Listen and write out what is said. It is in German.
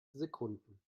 sekunden